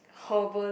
herbal